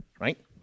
right